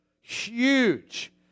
huge